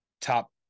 top